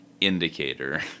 indicator